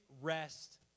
rest